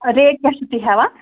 rate کیٛاہ چھُو تُہۍ ہٮ۪وان